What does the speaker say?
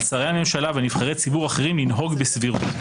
על שרי הממשלה ועל נבחרי ציבור אחרים לנהוג בסבירות.